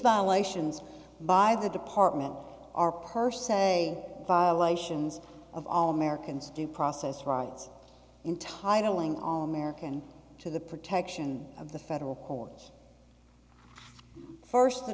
violations by the department are per se violations of all americans due process rights in titling all american to the protection of the federal courts first the